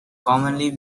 commonly